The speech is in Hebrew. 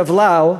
הרב לאו,